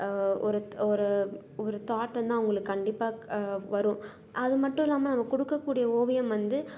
ஒரு ஒரு ஒரு தாட் வந்து அவங்களுக்கு கண்டிப்பாக வரும் அது மட்டும் இல்லாமல் நம்ம கொடுக்கக்கூடிய ஓவியம் வந்து